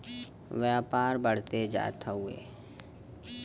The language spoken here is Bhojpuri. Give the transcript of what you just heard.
व्यापार बढ़ते जात हउवे